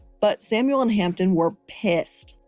but samuel and hampden were pissed.